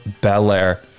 Belair